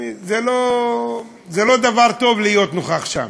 זה לא דבר טוב להיות נוכח שם.